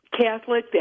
Catholic